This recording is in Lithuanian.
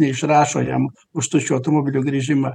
neišrašo jam už tuščio automobilio grįžimą